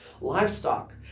livestock